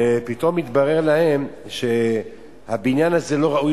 ופתאום מתברר להם שהבניין הזה לא ראוי